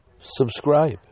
subscribe